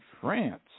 France